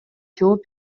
жооп